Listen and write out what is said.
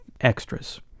extras